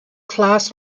class